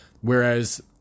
whereas